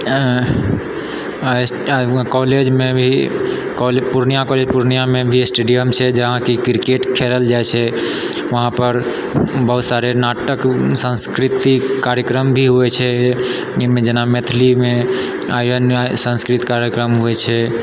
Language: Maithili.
आओर कॉलेजमे भी पूर्णिया कॉलेज पूर्णियामे भी स्टेडियम छै जहाँ कि क्रिकेट खेलल जाइ छै वहाँपर बहुत सारे नाटक संस्कृतिक कार्यक्रम भी होइ छै जेना मैथिलीमे आओर अन्य संस्कृत कार्यक्रम होइ छै